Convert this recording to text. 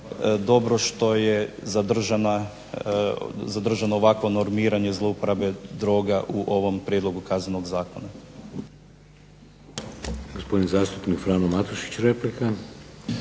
dobro što je zadržano ovakvo normiranje zlouporabe droga u ovom prijedlogu Kaznenog zakona.